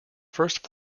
first